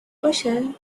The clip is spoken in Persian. باشه